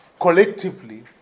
collectively